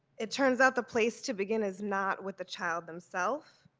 it turns out the place to begin is not with the child themselves.